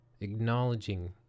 acknowledging